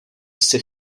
sci